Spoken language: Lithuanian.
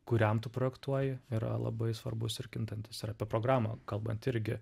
kuriam tu projektuoji yra labai svarbus ir kintantis ir apie programą kalbant irgi